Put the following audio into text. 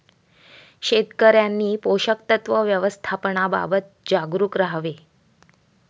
शेतकऱ्यांनी पोषक तत्व व्यवस्थापनाबाबत जागरूक राहावे